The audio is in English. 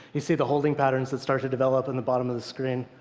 you see the holding patterns that start to develop in the bottom of the screen.